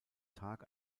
tag